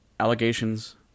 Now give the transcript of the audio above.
allegations